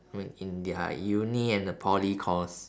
I mean in their uni and the poly course